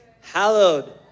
Hallowed